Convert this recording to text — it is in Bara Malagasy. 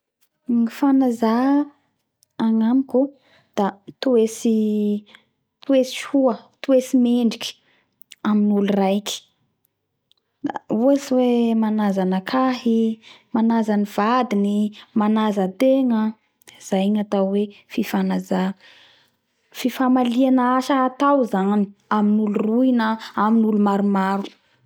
Ny fanaja agnamiko da toetsy toetsy soa toetsy mendriky amy olo raiky ohatsy hoe manaja anakahy i manaja ny vadiny manaja tegna aa zay gnatao hoe fifanaja fifamalia asa atao zany amy olo roy na olo maromaro